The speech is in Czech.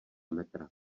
metra